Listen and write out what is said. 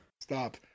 Stop